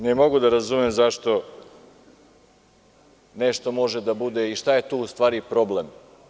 Ne mogu da razumem zašto nešto može da bude i šta je to u stvari problem.